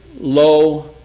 low